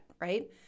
Right